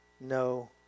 no